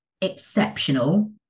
exceptional